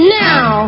now